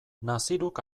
naziruk